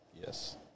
yes